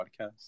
podcast